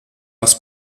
aus